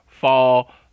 fall